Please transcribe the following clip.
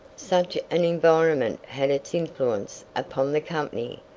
such an environment had its influence upon the company.